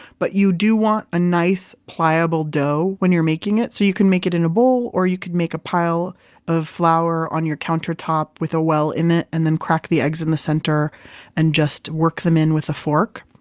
but you do want a nice, pliable dough when you're making it, so you can make it in a bowl, or you could make a pile of flour on your countertop with a well in it, and then crack the eggs in the center and just work them in with a fork.